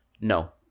No